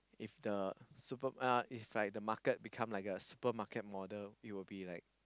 if the super uh if like the market become like a supermarket model it will be like